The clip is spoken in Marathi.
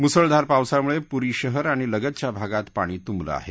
मुसळधार पावसामुळे पुरी शहर आणि लगतच्या भागात पाणी तुंबलं आहे